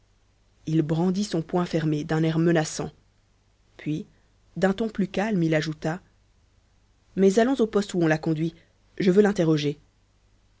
il brandit son poing fermé d'un air menaçant puis d'un ton plus calme il ajouta mais allons au poste où on l'a conduit je veux l'interroger